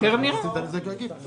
תיכף